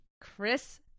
Chris